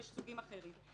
יש סוגים אחרים.